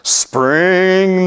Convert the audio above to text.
spring